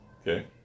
Okay